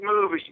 movie